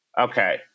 Okay